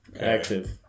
Active